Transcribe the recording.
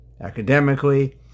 academically